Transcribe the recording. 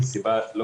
בשביל